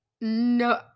no